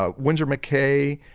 ah winsor mccay,